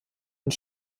und